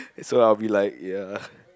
so I'll be like ya